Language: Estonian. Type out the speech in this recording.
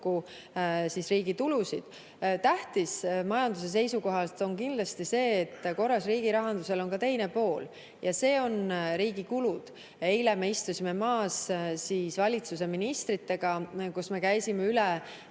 kokku riigi tulusid. Tähtis majanduse seisukohast on kindlasti see, et korras riigirahandusel on ka teine pool ja see on riigi kulud. Eile me istusime maha valitsuse ministritega ja käisime üle